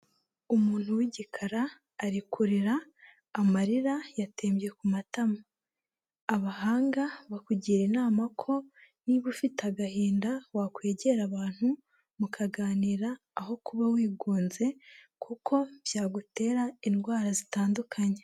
Umuntu w'igikara ari kurira, amarira yatembye ku matama, abahanga bakugira inama ko niba ufite agahinda, wakwegera abantu mukaganira aho kuba wigunze, kuko byagutera indwara zitandukanye.